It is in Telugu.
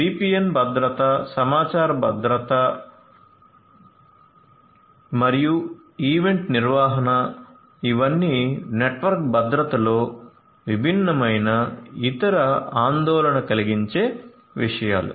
VPN భద్రత సమాచార భద్రత మరియు ఈవెంట్ నిర్వహణ ఇవన్నీ నెట్వర్క్ భద్రతలో భిన్నమైన ఇతర ఆందోళన కలిగించే విషయాలు